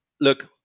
look